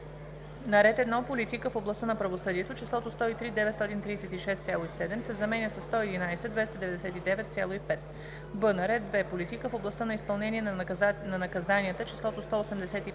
на ред 1. Политика в областта на правосъдието числото „103 936,7“ се заменя с „111 299,5“. б) на ред 2. Политика в областта на изпълнение на наказанията числото „ 185